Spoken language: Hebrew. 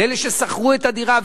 לאלה ששכרו את הדירה,